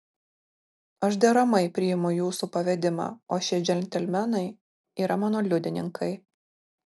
aš deramai priimu jūsų pavedimą o šie džentelmenai yra mano liudininkai